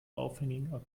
aufhängung